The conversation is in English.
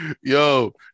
yo